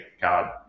God